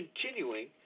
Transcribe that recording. continuing